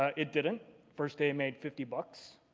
ah it didn't first day it made fifty bucks.